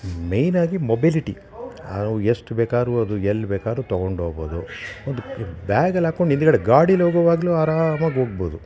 ಮೆಯ್ನಾಗಿ mobility ನಾವು ಎಷ್ಟು ಬೇಕಾದ್ರೂ ಅದು ಎಲ್ಲಿ ಬೇಕಾದ್ರು ತಗೊಂಡೋಗ್ಬೊದು ಒಂದು ಬ್ಯಾಗಲ್ಲಿ ಹಾಕ್ಕೊಂಡು ಹಿಂದುಗಡೆ ಗಾಡೀಲಿ ಹೋಗೊವಾಗಲೂ ಆರಾಮಾಗಿ ಹೋಗ್ಬೊದು